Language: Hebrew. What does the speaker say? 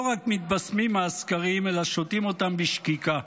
רק מתבשמים מהסקרים אלא שותים אותם בשקיקה.